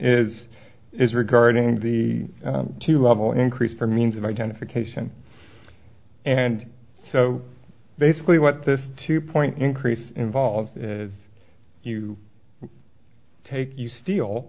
is is regarding the two level increased for means of identification and so basically what this two point increase involves is you take you steal